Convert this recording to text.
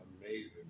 amazing